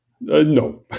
No